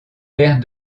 paires